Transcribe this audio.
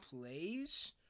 plays